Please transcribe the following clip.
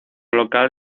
local